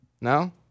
no